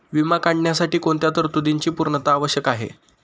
विमा काढण्यासाठी कोणत्या तरतूदींची पूर्णता आवश्यक आहे?